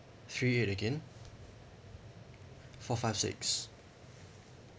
three eight again four five six